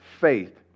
faith